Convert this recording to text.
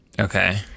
Okay